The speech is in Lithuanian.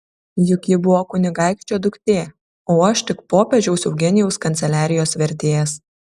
juk ji buvo kunigaikščio duktė o aš tik popiežiaus eugenijaus kanceliarijos vertėjas